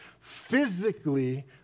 Physically